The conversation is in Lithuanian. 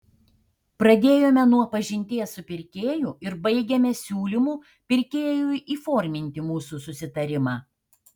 pradėjome nuo pažinties su pirkėju ir baigėme siūlymu pirkėjui įforminti mūsų susitarimą